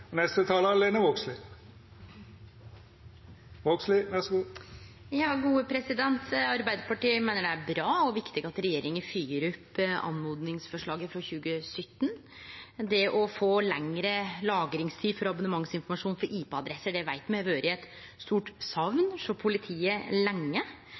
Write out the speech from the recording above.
Arbeidarpartiet meiner det er bra og viktig at regjeringa får opp oppmodingsforslaget frå 2017. Det å få lengre lagringstid for abonnementsinformasjon for IP-adresser veit me har vore eit stort sakn hjå politiet lenge.